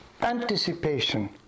anticipation